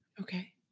Okay